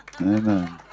Amen